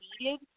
needed